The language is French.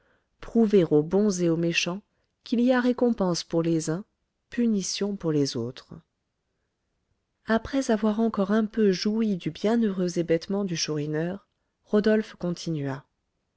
aux bons et aux méchants qu'il y a récompense pour les uns punition pour les autres après avoir encore un peu joui du bienheureux hébétement du chourineur rodolphe continua